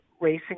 Racing